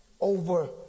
over